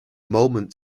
moment